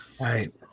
Right